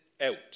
out